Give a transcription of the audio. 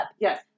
Yes